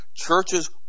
Churches